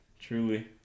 truly